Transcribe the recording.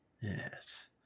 Yes